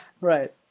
right